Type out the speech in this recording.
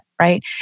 right